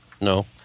No